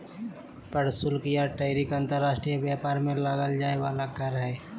प्रशुल्क या टैरिफ अंतर्राष्ट्रीय व्यापार में लगल जाय वला कर हइ